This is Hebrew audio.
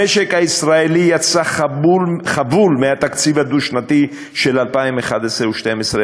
המשק הישראלי יצא חבול מהתקציב הדו-שנתי של 2011 ו-2012,